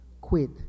quit